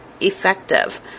effective